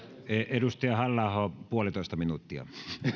edustaja halla aho puolitoista minuuttia